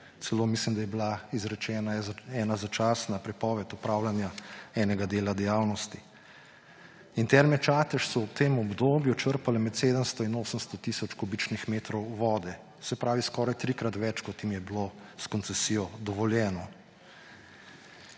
kazni, mislim, da je bila celo izrečena ena začasna prepoved opravljanja enega dela dejavnosti. In Terme Čatež so v tem obdobju črpale med 700 in 800 tisoč kubičnih metrov vode, se pravi skoraj trikrat več, kot jim je bilo s koncesijo dovoljeno.